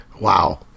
wow